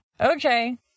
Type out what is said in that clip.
okay